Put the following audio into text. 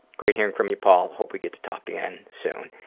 great hearing from you, paul, hope we get to talk again soon.